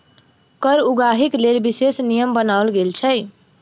कर उगाहीक लेल विशेष नियम बनाओल गेल छै